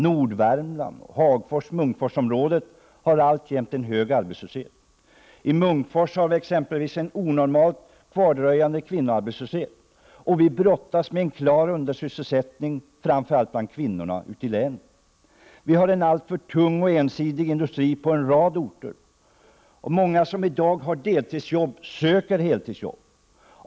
Nordvärmland och Hagfors-Munkfors-området har alltjämt hög arbetslöshet. I Munkfors har vi exempelvis en onormalt hög kvardröjande kvinnoarbetslöshet. Vi brottas med en klar undersysselsättning, framför allt bland kvinnorna i länet. Vi har alltför tung och ensidig industri på en rad orter. Många som i dag har deltidsjobb söker heltidsjobb.